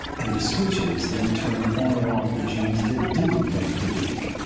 and the switches then turn on or off the genes that do make the beak.